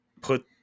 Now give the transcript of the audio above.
put